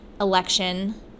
Election